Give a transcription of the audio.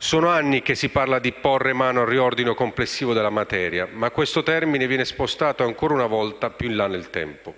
Sono anni che si parla di porre mano al riordino complessivo della materia, ma questo termine viene spostato ancora una volta più in là nel tempo.